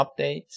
update